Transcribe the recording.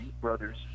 brothers